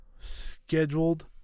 scheduled